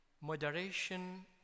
Moderation